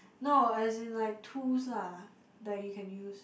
no as in like tools lah that you can use